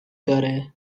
داره